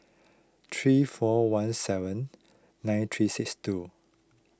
three four one seven nine three six two